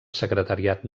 secretariat